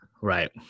Right